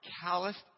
calloused